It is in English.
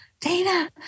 Dana